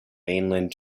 mainland